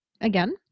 again